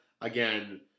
again